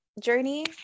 journey